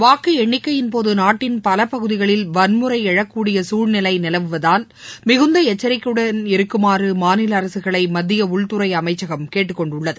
வாக்குஎண்ணிக்கையின்போதுநாட்டின் பலபகுதிகளில் வன்முறைஎழக்கூடியசூழ்நிலைநிலவுவதால் மிகுந்தளச்சரிக்கையுடன் இருக்குமாறுமாநில அரசுகளைமத்தியஉள்துறை அமைச்சகம் கேட்டுக்கொண்டுள்ளது